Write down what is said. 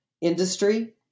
industry